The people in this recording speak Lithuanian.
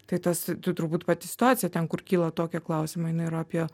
tai tas tu turbūt pati situacija ten kur kyla tokie klausimai jinai yra apie